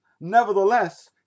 nevertheless